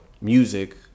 Music